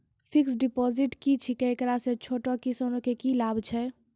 Fixed deposit की छिकै, एकरा से छोटो किसानों के की लाभ छै?